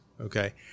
okay